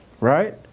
Right